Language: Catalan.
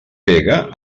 pega